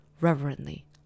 reverently